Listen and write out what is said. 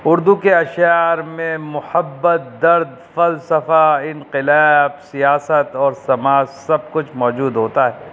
اردو کے اشعار میں محبت درد فلسفہ انقلاب سیاست اور سماج سب کچھ موجود ہوتا ہے